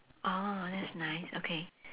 oh that's nice okay